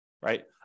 right